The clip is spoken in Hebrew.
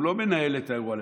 הוא לא מנהל את האירוע לבד.